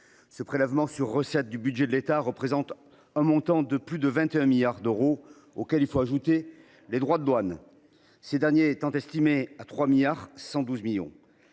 Ce prélèvement sur recettes du budget de l’État représente un montant de 21,6 milliards d’euros auquel il faut ajouter les droits de douane. Ces derniers étant estimés à 2,33 milliards